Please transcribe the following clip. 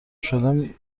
شده